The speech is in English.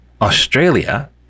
Australia